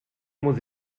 muss